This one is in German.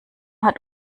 hat